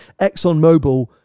ExxonMobil